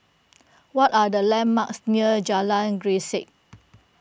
what are the landmarks near Jalan Grisek